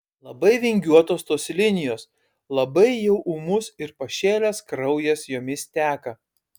labai vingiuotos tos linijos labai jau ūmus ir pašėlęs kraujas jomis teka